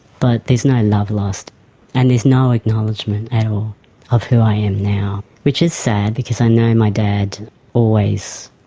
but there's no love lost and there's no acknowledgement at all of who i am now, which is sad, because i know my dad always,